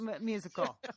musical